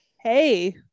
hey